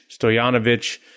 Stojanovic